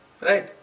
right